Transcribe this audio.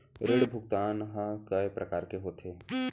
ऋण भुगतान ह कय प्रकार के होथे?